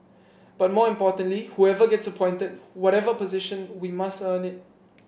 but more importantly whoever gets appointed whatever position we must earn it